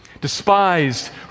Despised